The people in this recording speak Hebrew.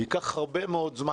זה ייקח הרבה מאוד זמן.